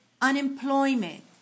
unemployment